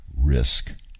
risk